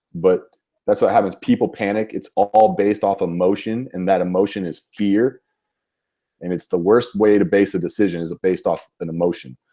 but that's what happens, people panic it's all based off of emotion and that emotion is fear and it's the worst way to base a decision, is based off an emotion.